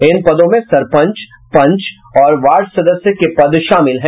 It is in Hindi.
इन पदों में सरपंच पंच और वार्ड सदस्य के पद शामिल हैं